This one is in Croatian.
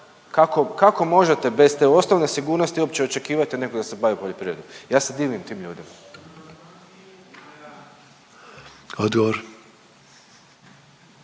Kako možete bez te osnovne sigurnosti uopće očekivati od nekog da se bavi poljoprivredom? Ja se divim tim ljudima.